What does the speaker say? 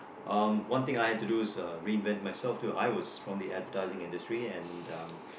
um one thing I have to do is reinvent myself through I was from the advertising industry and I